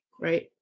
right